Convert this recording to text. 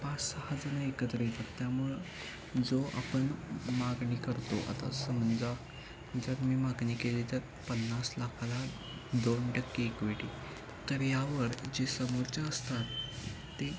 पाच सहाजण एकत्र येतात त्यामुळं जो आपण मागणी करतो आता समजा जर मी मागणी केली तर पन्नास लाखाला दोन टक्के इक्वेटी तर यावर जे समोरचे असतात ते